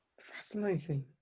fascinating